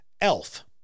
Elf